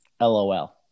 LOL